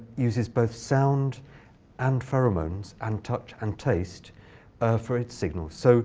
uses both sound and pheromones and touch and taste for its signal. so